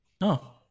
no